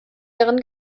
ihren